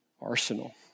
arsenal